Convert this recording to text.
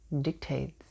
dictates